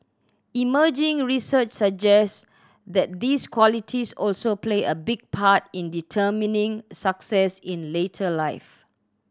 emerging research suggests that these qualities also play a big part in determining success in later life